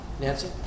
Nancy